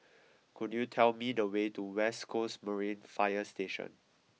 could you tell me the way to West Coast Marine Fire Station